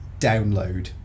download